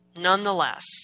Nonetheless